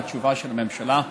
והתשובה של הממשלה,